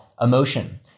emotion